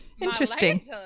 Interesting